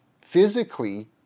physically